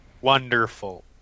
Wonderful